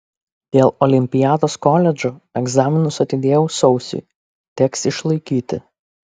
dėl olimpiados koledžo egzaminus atidėjau sausiui teks išlaikyti